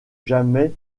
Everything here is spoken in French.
jamais